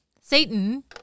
Satan